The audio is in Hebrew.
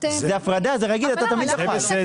הפרדת --- זה הפרדה, זה רגיל, אתה תמיד תוכל.